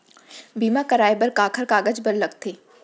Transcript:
बीमा कराय बर काखर कागज बर लगथे?